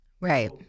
Right